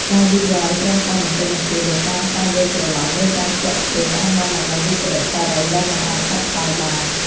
ការយឺតយ៉ាវត្រឹមតែបន្តិចបន្តួចដោយសារការយល់ច្រឡំ ឬការស្ទាក់ស្ទើរ អាចនាំមកនូវវិប្បដិសារីដែលមិនអាចកាត់ថ្លៃបាន។